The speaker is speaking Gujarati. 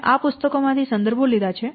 મેં આ પુસ્તકો ના સંદર્ભો લીધા છે